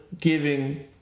giving